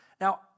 Now